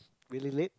very late